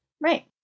Right